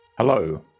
Hello